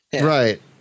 Right